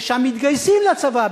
ששם מתגייסים לצבא,